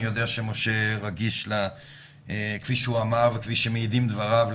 אני יודע שמשה רגיש כפי שהוא אמר וכפי שמעידים דבריו,